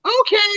Okay